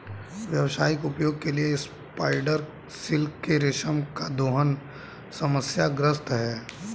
व्यावसायिक उपयोग के लिए स्पाइडर सिल्क के रेशम का दोहन समस्याग्रस्त है